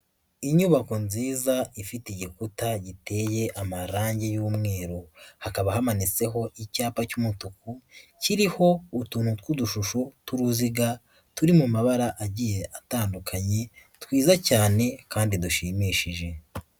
Inyubako nziza ifite igikuta giteye amarange y'umweru, hakaba hamanitseho icyapa cy'umutuku, kiriho utuntu tw'udushusho tw'uruziga turi mu mabara agiye atandukanye, twiza cyane kandi dushimishije.